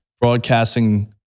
broadcasting